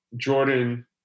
Jordan